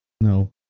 no